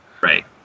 Right